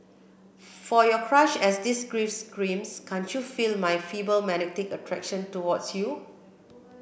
for your crush as this gift screams can't you feel my feeble magnetic attraction towards you